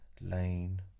Lane